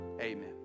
Amen